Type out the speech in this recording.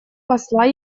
посла